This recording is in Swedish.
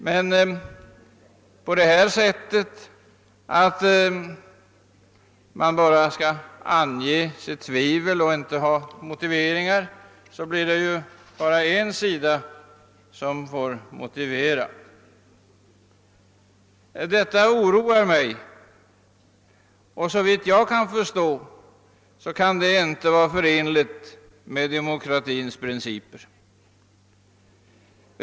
Men om man nu på detta sätt bara skall anmäla sitt tvivel och inte ge några motiveringar, så blir det bara en sida som får motivera resultaten. Detta oroar mig, ty såvitt jag förstår kan det inte vara förenligt med demokratins principer.